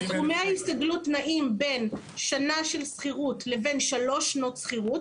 סכומי ההסתגלות נעים בין שנה של שכירות לבין שלוש שנות שכירות,